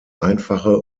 einfache